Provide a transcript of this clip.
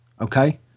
okay